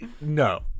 No